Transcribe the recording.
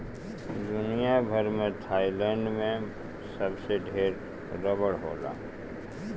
दुनिया भर में थाईलैंड में सबसे ढेर रबड़ होला